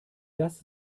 das